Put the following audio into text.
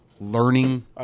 learning